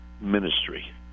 ministry